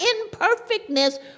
imperfectness